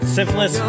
Syphilis